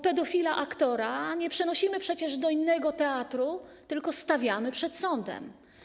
Pedofila aktora nie przenosimy przecież do innego teatru, tylko stawiamy przed sądem.